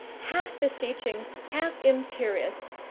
half beseeching, half imperious.